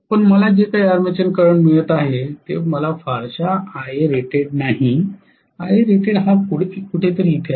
पण मला जे काही आर्मेचर करंट मिळत आहे ते मला फारशा Iarated नाही Iarated हा कुठेतरी ईथे आहे